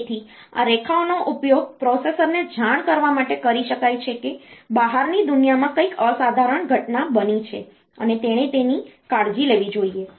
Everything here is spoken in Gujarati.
તેથી આ રેખાઓનો ઉપયોગ પ્રોસેસરને જાણ કરવા માટે કરી શકાય છે કે બહારની દુનિયામાં કંઈક અસાધારણ ઘટના બની છે અને તેણે તેની કાળજી લેવી જોઈએ